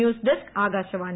news desk Akashvani